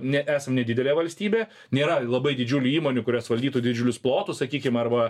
ne esam nedidelė valstybė nėra labai didžiulių įmonių kurios valdytų didžiulius plotus sakykim arba